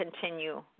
continue